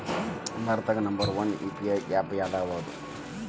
ಭಾರತದಾಗ number one UPI app ಯಾವದದ